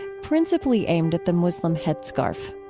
and principally aimed at the muslim headscarf.